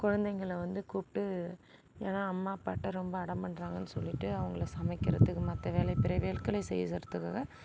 குழந்தைங்கள வந்து கூப்பிட்டு ஏனால் அம்மா அப்பாகிட்ட ரொம்ப அடம் பண்ணுறாங்கனு சொல்லிட்டு அவங்கள சமைக்கிறதுக்கு மற்ற வேலை பிற வேலைகள செய்ய சொல்லுறதுக்கு தான்